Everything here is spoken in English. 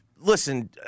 Listen